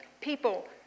people